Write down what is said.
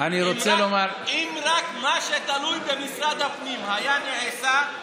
אם רק מה שתלוי במשרד הפנים היה נעשה,